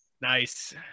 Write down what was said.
Nice